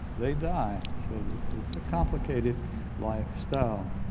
they die. so it's a complicated lifestyle.